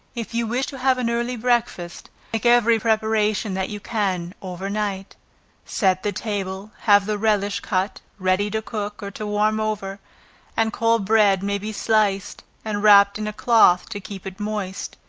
if you wish to have an early breakfast, make every preparation that you can, over night set the table, have the relish cut, ready to cook, or to warm over and cold bread may be sliced, and wrapped in a cloth to keep it moist.